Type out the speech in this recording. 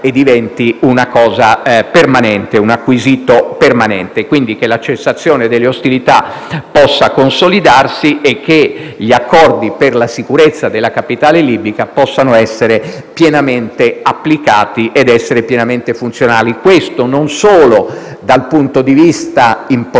abituale, sia e diventi un acquisito permanente, in modo che la cessazione delle ostilità possa consolidarsi e che gli accordi per la sicurezza della capitale libica possano essere pienamente applicati e diventare pienamente funzionali. Questo non solo dal punto di vista del